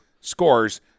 scores